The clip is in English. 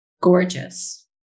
gorgeous